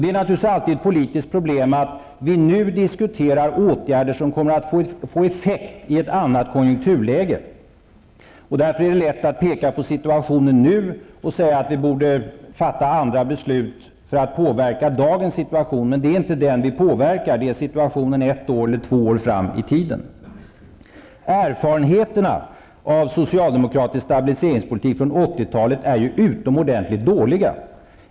Det är naturligtvis alltid ett politiskt problem att åtgärder diskuteras som kommer att få effekt i ett annat konjunkturläge. Därför är det lätt att peka på situationen nu och säga att vi borde fatta andra beslut för att påverka dagens situation. Men det är alltså inte den vi påverkar, utan vi påverkar den situation som råder ett eller två år framåt i tiden. Erfarenheterna av socialdemokratisk stabiliseringspolitik på 1980-talet är ju utomordentligt dåliga.